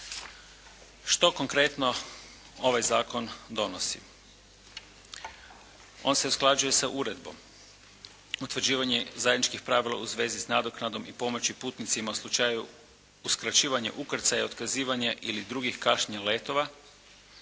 Što konkretno ovaj zakon donosi?